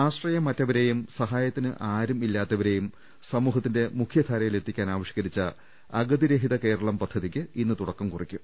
ആശ്രയമറ്റവരെയും സഹായത്തിന് ആരും ഇല്ലാത്തവരെയും സമൂഹ ത്തിന്റെ മുഖ്യധാരയിലെത്തിക്കാൻ ആവിഷ്കരിച്ച അഗതിരഹിത കേരളം പദ്ധതിക്ക് ഇന്ന് തുടക്കം കുറിക്കും